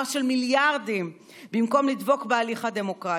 של מיליארדים במקום לדבוק בהליך הדמוקרטי,